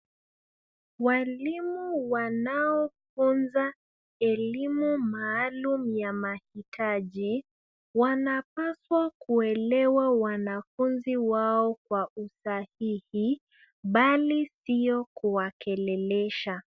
Walimu wanaofunza elimu maalum ya mahitaji wanapaswa kuelewa wanafunzi wao kwa usahihi bali sio kuwakelelesha.